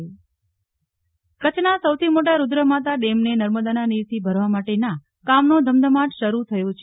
નેહલ ઠક્કર નર્મદા નહેર બેઠક કચ્છના સૌથી મોટા રુદ્રમાતા ડેમને નર્મદાના નીરથી ભરવા માટેના કામનો ધમધમાટ શરૂ થયો છે